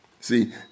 see